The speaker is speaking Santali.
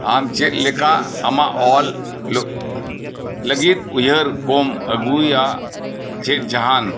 ᱟᱢ ᱪᱮᱫ ᱞᱮᱠᱟ ᱟᱢᱟᱜ ᱚᱞᱚᱜ ᱞᱟᱹᱜᱤᱫ ᱩᱭᱦᱟᱹᱨ ᱠᱚᱢ ᱟᱜᱩᱭᱟ ᱪᱮᱫ ᱡᱟᱦᱟᱱ